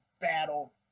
battle